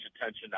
attention